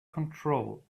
control